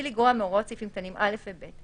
לגרוע מהוראות סעיפים קטנים (א) ו-(ב),